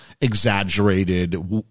exaggerated